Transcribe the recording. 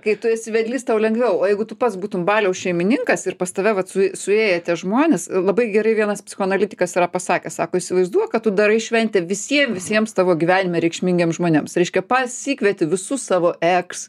kai tu esi vedlys tau lengviau o jeigu tu pats būtum baliaus šeimininkas ir pas tave vat su suėję tie žmonės labai gerai vienas psichoanalitikas yra pasakęs sako įsivaizduok kad tu darai šventę visiem visiems tavo gyvenime reikšmingiems žmonėms reiškia pasikvieti visus savo eks